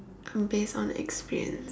uh based on experience